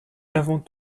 avant